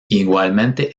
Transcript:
igualmente